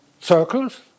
circles